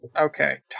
Okay